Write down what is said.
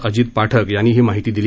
अजित पाठक यांनी ही माहिती दिली